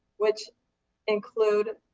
which include